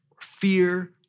fear